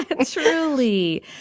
truly